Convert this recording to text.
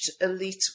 elite